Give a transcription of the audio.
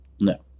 No